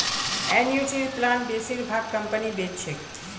एनयूटीर प्लान बेसिर भाग कंपनी बेच छेक